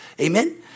amen